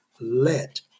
let